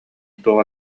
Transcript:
туох